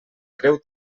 creu